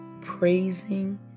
praising